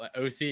OC